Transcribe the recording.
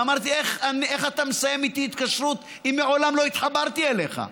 ואמרתי: איך אתה מסיים איתי התקשרות אם מעולם לא התחברתי אליך?